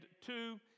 two